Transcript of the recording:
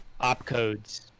opcodes